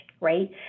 right